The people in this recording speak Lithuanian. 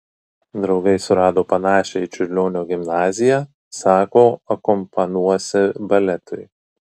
draugai surado panašią į čiurlionio gimnaziją sako akompanuosi baletui